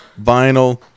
vinyl